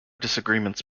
disagreements